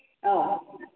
औ